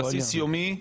על בסיס יומי,